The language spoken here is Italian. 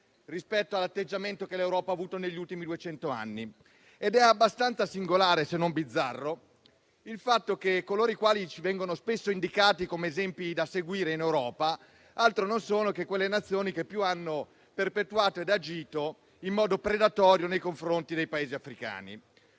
rispetto all'atteggiamento che l'Europa ha avuto negli ultimi duecento anni. Ed è abbastanza singolare, se non bizzarro, il fatto che coloro i quali ci vengono spesso indicati come esempi da seguire in Europa altro non sono che quelle Nazioni che più hanno perpetuato ed agito in modo predatorio nei confronti dei Paesi africani.